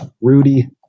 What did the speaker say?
Rudy